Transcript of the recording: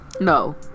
No